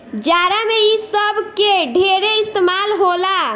जाड़ा मे इ सब के ढेरे इस्तमाल होला